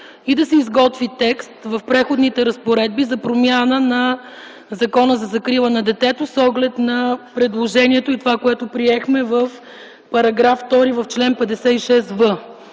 и да се изготви текст в Преходните разпоредби за промяна на Закона за закрила на детето, с оглед на предложението и това, което приехме в § 2, чл. 56в.